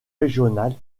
régionales